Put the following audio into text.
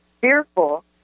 fearful